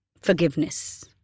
forgiveness